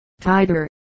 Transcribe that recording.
tiger